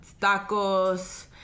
tacos